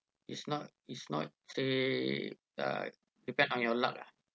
it's not it's not say uh depend on your luck lah